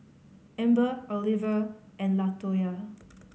Amber Oliver and Latoya